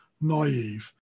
naive